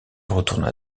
retourna